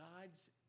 God's